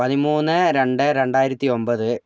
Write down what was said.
പതിമൂന്ന് രണ്ട് രണ്ടായിരത്തി ഒമ്പത്